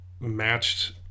matched